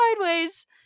sideways